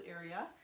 area